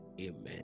Amen